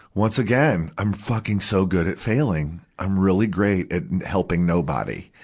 once again. i'm fucking so good at failing. i'm really great at helping nobody.